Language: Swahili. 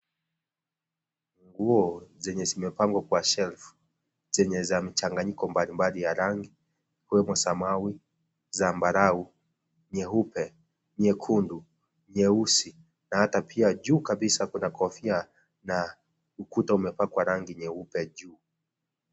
Nguo zenye zimepangwa kwa shelf zenye za mchanganyiko mbalimbali wa rangi ikiwemo samawi, zambarau, nyeupe, nyekundu, nyeusi na ata pia juu kabisaa kuna kofia na ukuta umepakwa rangi nyeupe juu.